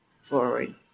forward